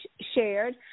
shared